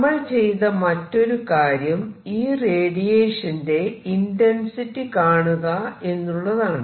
നമ്മൾ ചെയ്ത മറ്റൊരു കാര്യം ഈ റേഡിയേഷന്റെ ഇന്റെൻസിറ്റി കാണുക എന്നുള്ളതാണ്